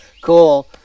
cool